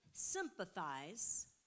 sympathize